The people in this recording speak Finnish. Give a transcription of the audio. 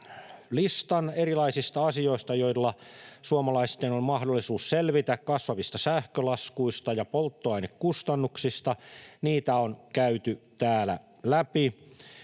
listan erilaisista asioista, joilla suomalaisten on mahdollisuus selvitä kasvavista sähkölaskuista ja polttoainekustannuksista — niitä on käyty täällä läpi.